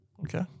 Okay